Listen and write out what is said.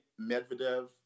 Medvedev